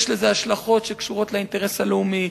יש לזה השלכות שקשורות לאינטרס הלאומי,